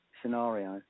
scenario